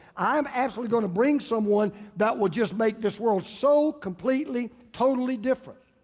i'm actually gonna bring someone that will just make this world so completely, totally different.